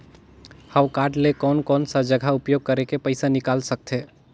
हव कारड ले कोन कोन सा जगह उपयोग करेके पइसा निकाल सकथे?